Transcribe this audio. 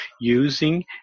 using